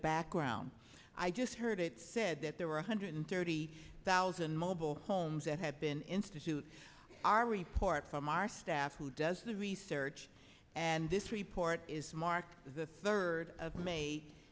background i just heard it said that there were one hundred thirty thousand mobile homes that had been institute our report from our staff who does the research and this report is mark the third of m